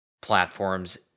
platforms